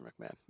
McMahon